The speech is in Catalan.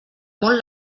molt